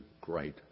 great